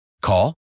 Call